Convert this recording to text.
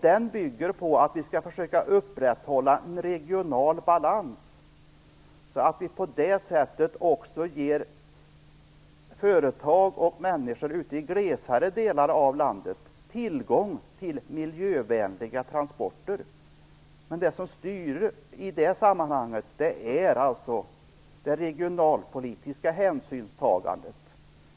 Detta bygger på att vi skall försöka upprätthålla en regional balans, så att vi också ger företag och människor i glesare delar av landet tillgång till miljövänliga transporter. Men det som styr i det sammanhanget är alltså det regionalpolitiska hänsynstagandet.